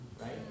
right